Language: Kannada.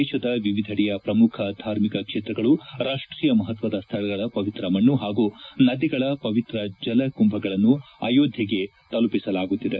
ದೇಶದ ವಿವಿಧೆಡೆಯ ಪ್ರಮುಖ ಧಾರ್ಮಿಕ ಕ್ಷೇತ್ರಗಳು ರಾಷ್ಕೀಯ ಮಹತ್ಸದ ಸ್ಥಳಗಳ ಪವಿತ್ರ ಮಣ್ಣು ಹಾಗೂ ನದಿಗಳ ಪವಿತ್ರ ಜಲ ಕುಂಭಗಳನ್ನು ಅಯೋಧ್ಯೆಗೆ ತಲುಪಿಸಲಾಗುತ್ತಿದೆ